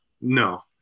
no